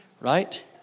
Right